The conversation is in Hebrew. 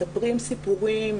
מספרים סיפורים,